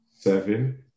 seven